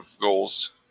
goals